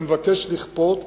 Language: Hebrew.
ומבקש לכפות,